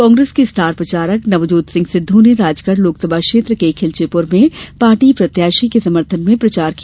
कांग्रेस के स्टार प्रचारक नवजोत सिंह सिद्ध ने राजगढ़ लोकसभा क्षेत्र के खिलचीपुर में पार्टी प्रत्याशी के समर्थन में प्रचार किया